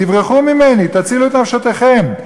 תברחו ממני, תצילו את נפשותיכם.